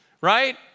right